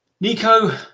Nico